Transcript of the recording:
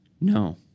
no